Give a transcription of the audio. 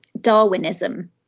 Darwinism